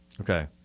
Okay